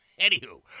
anywho